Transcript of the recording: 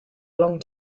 long